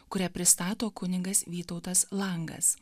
kurią pristato kunigas vytautas langas